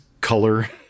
color